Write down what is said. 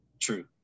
True